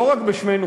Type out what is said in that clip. לא רק בשמנו,